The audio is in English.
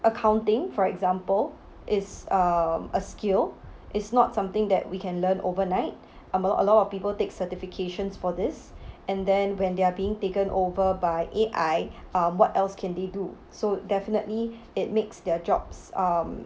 accounting for example is um a skill it's not something that we can learn overnight a lot a lot of people take certifications for this and then when they are being taken over by A_I um what else can they do so definitely it makes their jobs um